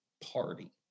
party